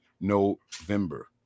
November